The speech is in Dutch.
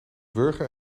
wurgen